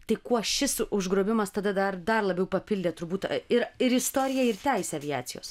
tai kuo šis užgrobimas tada dar dar labiau papildė turbūt ir ir istoriją ir teisę aviacijos